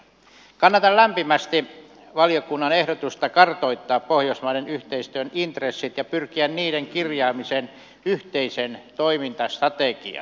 kannatan lämpimästi valiokunnan ehdotusta kartoittaa pohjoismaiden yhteistyön intressit ja pyrkiä niiden kirjaamiseen yhteiseen toimintastrategiaan